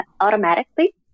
automatically